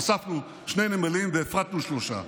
הוספנו שני נמלים והפרטנו שלושה,